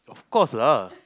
of course lah